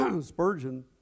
Spurgeon